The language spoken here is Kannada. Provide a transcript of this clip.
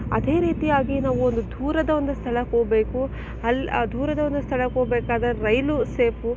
ಅದೇ ರೀತಿಯಾಗಿ ನಾವು ಒಂದು ದೂರದ ಒಂದು ಸ್ಥಳಕ್ಕೆ ಹೋಗಬೇಕು ಅಲ್ಲಿ ಆ ದೂರದ ಒಂದು ಸ್ಥಳಕ್ಕೆ ಹೋಗಬೇಕಾದ್ರೆ ರೈಲು ಸೇಫು